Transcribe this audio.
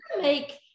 make